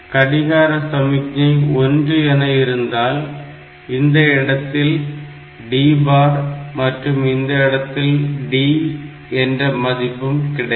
கடிகார சமிக்ஞை 1 என இருந்தால் இந்த இடத்தில் D பார் மற்றும் இந்த இடத்தில் D என்ற மதிப்பும் கிடைக்கும்